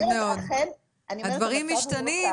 הדברים משתנים,